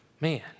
man